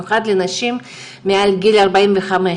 ואמצעים נוספים למניעת המחלה וגילוי מוקדם.